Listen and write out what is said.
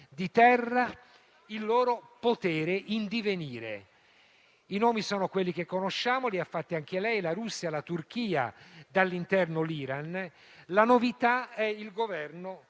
di terra il loro potere in divenire. I nomi sono quelli che conosciamo. Li ha fatti anche lei: la Russia, la Turchia e dall'interno l'Iran. La novità è il Governo